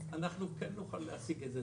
כן נוכל להשיג את זה.